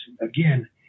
again